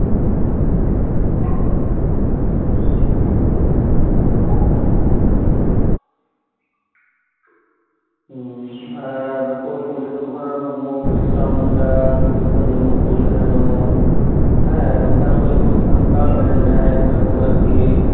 ᱦᱩᱸ ᱟᱨ ᱱᱩᱠᱩ ᱯᱚᱱᱰᱤᱛ ᱨᱚᱜᱷᱩᱱᱟᱛᱷ ᱢᱩᱨᱢᱩ ᱥᱤᱫᱩᱼᱠᱟᱱᱩ ᱵᱤᱨᱥᱟ ᱢᱩᱱᱰᱟ ᱯᱷᱩᱞᱳᱼᱡᱷᱟᱱᱚ ᱦᱮᱸ ᱱᱚᱝᱠᱟᱱ ᱩᱱᱠᱩ ᱥᱟᱱᱛᱟᱲ ᱨᱮᱱ ᱡᱟᱦᱟᱸᱭ ᱠᱟᱱᱟ ᱠᱚ ᱟᱨᱠᱤ